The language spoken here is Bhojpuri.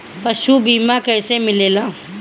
पशु बीमा कैसे मिलेला?